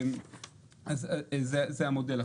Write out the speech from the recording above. זה המודל.